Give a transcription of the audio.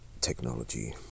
Technology